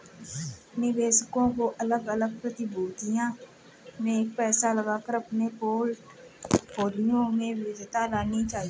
निवेशकों को अलग अलग प्रतिभूतियों में पैसा लगाकर अपने पोर्टफोलियो में विविधता लानी चाहिए